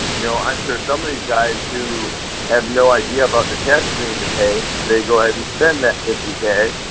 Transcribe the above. you know, i'm sure some of these guys who have no idea about the taxes they need to pay, they go ahead and spend that fifty k.